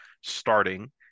starting